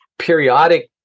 periodic